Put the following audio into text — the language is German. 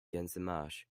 gänsemarsch